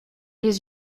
les